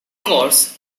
course